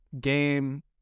game